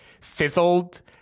fizzled